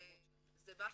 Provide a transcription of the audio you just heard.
זה מח"ש,